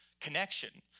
connection